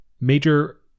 major